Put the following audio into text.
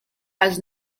has